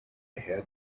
had